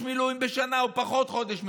מילואים בשנה או פחות חודש מילואים,